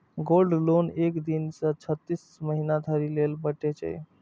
gold loan एक दिन सं छत्तीस महीना धरि लेल भेटै छै